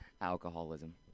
alcoholism